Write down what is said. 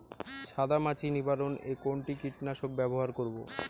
সাদা মাছি নিবারণ এ কোন কীটনাশক ব্যবহার করব?